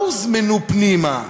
לא הוזמנו פנימה,